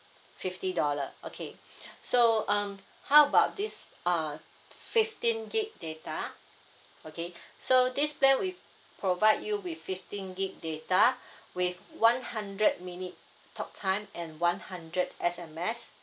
fifty dollar okay so um how about this uh fifteen gig data okay so this plan we provide you with fifteen gig data with one hundred minute talk time and one hundred S_M_S